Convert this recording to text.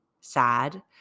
sad